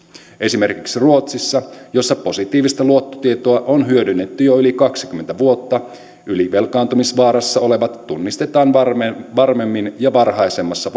esimerkiksi ruotsissa jossa positiivista luottotietoa on hyödynnetty jo yli kaksikymmentä vuotta ylivelkaantumisvaarassa olevat tunnistetaan varmemmin varmemmin ja varhaisemmassa